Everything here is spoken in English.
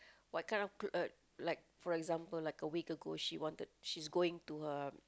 what kind of clo~ uh like for example like week ago she wanted she's going to her